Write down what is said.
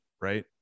right